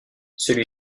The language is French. celui